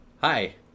Hi